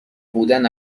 بودن